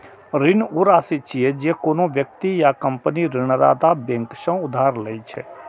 ऋण ऊ राशि छियै, जे कोनो व्यक्ति या कंपनी ऋणदाता बैंक सं उधार लए छै